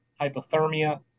hypothermia